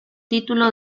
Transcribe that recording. título